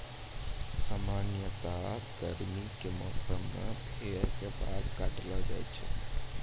सामान्यतया गर्मी के मौसम मॅ भेड़ के बाल काटलो जाय छै